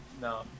No